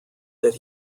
that